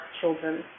children